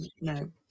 no